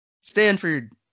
Stanford